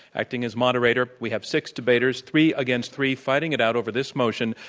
acting as moderator, we have six debaters three against three fighting it out over this motion.